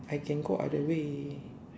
I can go other way